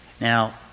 Now